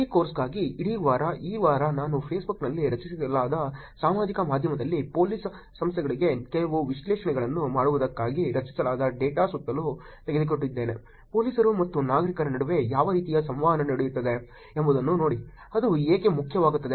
ಈ ಕೋರ್ಸ್ಗಾಗಿ ಇಡೀ ವಾರ ಈ ವಾರ ನಾನು ಫೇಸ್ಬುಕ್ನಲ್ಲಿ ರಚಿಸಲಾದ ಸಾಮಾಜಿಕ ಮಾಧ್ಯಮದಲ್ಲಿ ಪೋಲಿಸ್ ಸಂಸ್ಥೆಗಳಿಗೆ ಕೆಲವು ವಿಶ್ಲೇಷಣೆಗಳನ್ನು ಮಾಡುವುದಕ್ಕಾಗಿ ರಚಿಸಲಾದ ಡೇಟಾದ ಸುತ್ತಲೂ ತೆಗೆದುಕೊಂಡಿದ್ದೇನೆ ಪೊಲೀಸರು ಮತ್ತು ನಾಗರಿಕರ ನಡುವೆ ಯಾವ ರೀತಿಯ ಸಂವಹನ ನಡೆಯುತ್ತಿದೆ ಎಂಬುದನ್ನು ನೋಡಿ ಅದು ಏಕೆ ಮುಖ್ಯವಾಗುತ್ತದೆ